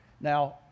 Now